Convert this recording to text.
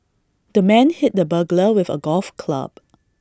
the man hit the burglar with A golf club